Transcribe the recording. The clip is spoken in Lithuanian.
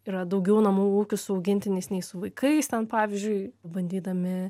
yra daugiau namų ūkių su augintiniais nei su vaikais ten pavyzdžiui bandydami